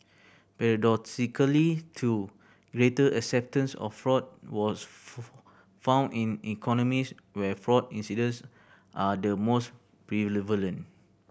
paradoxically too greater acceptance of fraud was found in economies where fraud incidents are the most